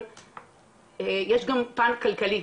מהקלינינג ועד העמותות,